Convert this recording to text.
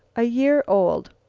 a year old!